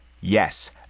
Yes